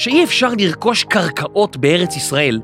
שאי אפשר לרכוש קרקעות בארץ ישראל